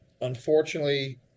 unfortunately